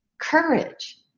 courage